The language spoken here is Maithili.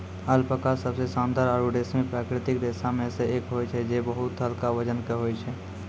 अल्पका सबसें शानदार आरु रेशमी प्राकृतिक रेशा म सें एक होय छै जे बहुत हल्का वजन के होय छै